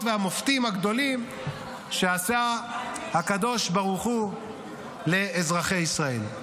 והמופתים הגדולים שעשה הקדוש ברוך הוא לעם ישראל.